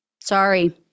Sorry